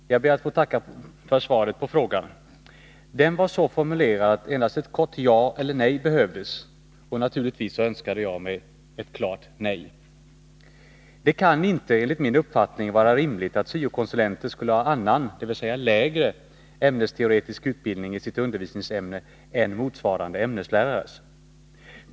Herr talman! Jag ber att få tacka för svaret på frågan. Den var så formulerad att endast ett kort ja eller nej behövdes. Naturligtvis önskade jag mig ett klart nej. Det kan inte enligt min uppfattning vara rimligt att syo-konsulenter skulle ha annan, dvs. lägre, ämnesteoretisk utbildning i sitt undervisningsämne än motsvarande ämneslärare.